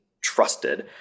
trusted